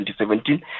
2017